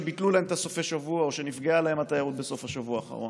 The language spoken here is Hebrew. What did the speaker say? שביטלו להם את סופי השבוע או שנפגעה להם התיירות בסוף השבוע האחרון.